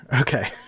Okay